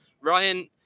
Ryan